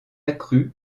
accrue